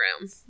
room